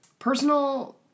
personal